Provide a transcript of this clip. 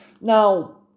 now